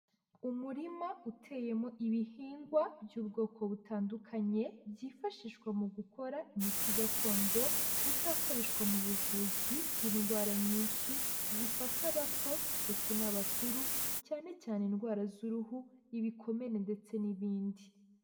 Umurima uteyemo ibihingwa by'ubwoko butandukanye byifashishwa mu gukora imiti gakondo izakoreshwa mu buvuzi bw'indwara nyinshi zifata abato ndetse n'abakuru cyane cyane indwara z'uruhu, ibikomere ndetse n'ibindi.